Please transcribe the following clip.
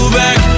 back